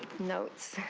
notes